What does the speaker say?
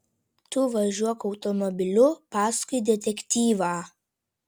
tu važiuok automobiliu paskui detektyvą